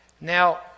Now